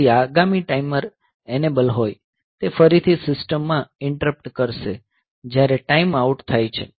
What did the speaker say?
જેથી આગામી timer enable હોય તે ફરીથી સિસ્ટમ માં ઈંટરપ્ટ કરશે જ્યારે ટાઈમ આઉટ થાય છે